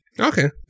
okay